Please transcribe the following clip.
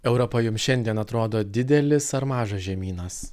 europa jums šiandien atrodo didelis ar mažas žemynas